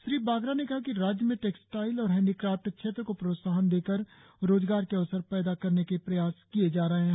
श्री बागरा ने कहा कि राज्य में टेक्सटाइल और हैंडिक्राफ्ट क्षेत्र को प्रोत्साहन देकर रोजगार के अवसर पैदा करने के लिए कदम उठाए जा रहे है